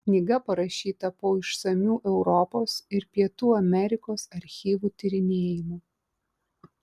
knyga parašyta po išsamių europos ir pietų amerikos archyvų tyrinėjimų